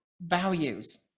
values